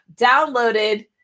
downloaded